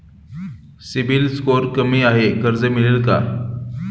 CIBIL score कमी आहे कर्ज मिळेल का?